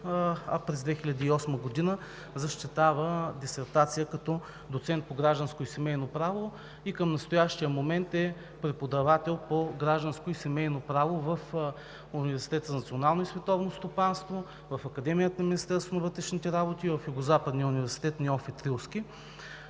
през 2008 г. защитава дисертация като доцент по гражданско и семейно право. Към настоящия момент е преподавател по Гражданско и семейно право в Университета за национално и световно стопанство, в Академията на Министерството на вътрешните работи и в Югозападния университет „Неофит Рилски“.